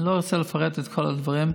אני לא רוצה לפרט את כל הדברים.